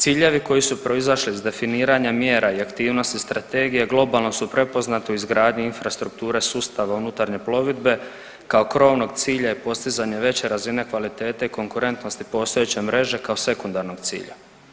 Ciljevi koji su proizašli iz definiranja mjera i aktivnosti strategije globalno su prepoznati u izgradnji infrastrukture sustava unutarnje plovidbe kao krovnog cilja i postizanje veće razine kvalitete i konkurentnosti postojeće mreže kao sekundarnog cilja.